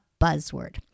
buzzword